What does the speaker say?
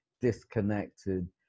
disconnected